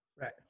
Right